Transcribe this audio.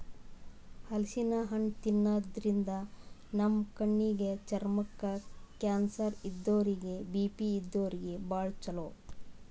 ಹಲಸಿನ್ ಹಣ್ಣ್ ತಿನ್ನಾದ್ರಿನ್ದ ನಮ್ ಕಣ್ಣಿಗ್, ಚರ್ಮಕ್ಕ್, ಕ್ಯಾನ್ಸರ್ ಇದ್ದೋರಿಗ್ ಬಿ.ಪಿ ಇದ್ದೋರಿಗ್ ಭಾಳ್ ಛಲೋ